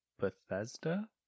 bethesda